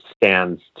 stands